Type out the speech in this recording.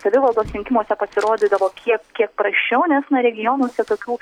savivaldos rinkimuose pasirodydavo kiek kiek prasčiau nes na regionuose tokių